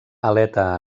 aleta